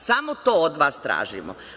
Samo to od vas tražimo.